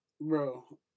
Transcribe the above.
Bro